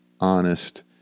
honest